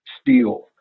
steel